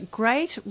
great